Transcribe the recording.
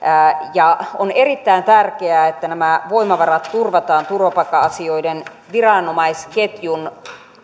on erittäin tärkeää että nämä voimavarat turvataan turvapaikka asioiden viranomaisketjun